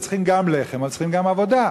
הם צריכים גם לחם וצריכים גם עבודה.